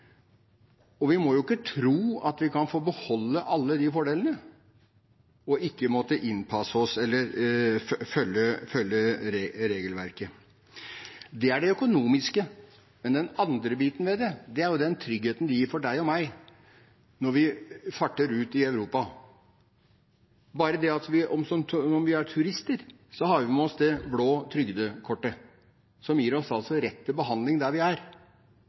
hjemme. Vi må ikke tro at vi kan få beholde alle de fordelene, og ikke måtte innpasse oss eller følge regelverket. Det er det økonomiske, men den andre biten ved dette er den tryggheten det gir for deg og meg når vi farter ut i Europa. Når vi er turister, har vi med oss det blå trygdekortet som gir oss rett til behandling der vi er.